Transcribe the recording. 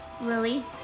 Lily